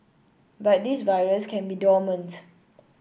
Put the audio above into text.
but this virus can be dormant